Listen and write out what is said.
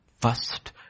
first